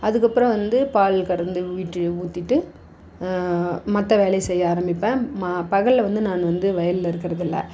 அதுக்கப்புறம் வந்து பால் கறந்து வீட்டில் ஊற்றிட்டு மற்ற வேலையை செய்ய ஆரமிப்பேன் ம பகலில் வந்து நான் வந்து வயலில் இருக்கிறது இல்லை